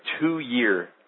two-year